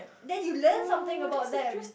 then you learn something about them